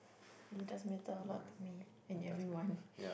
it does matter a lot to me and everyone